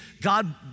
God